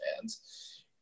fans